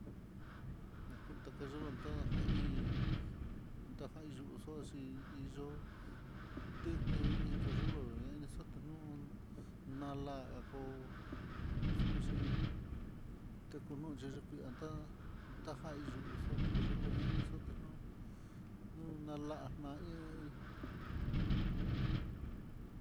Nakulaka yelontá jahí takahí xochí, iyo'o tedni kuyelo'o inixa'a tanun nala'a ko'o xhuxi tekonu kuii anta'a, taja iyuu xo ku reloj ña inixote nuu, nu'u nala na iin iin.